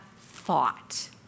thought